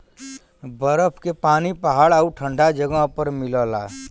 बरफ के पानी पहाड़ आउर ठंडा जगह पर मिलला